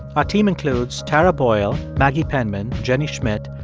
our team includes tara boyle, maggie penman, jenny schmidt,